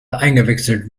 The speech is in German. eingewechselt